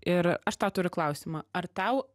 ir aš tau turiu klausimą ar tau